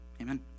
Amen